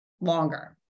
longer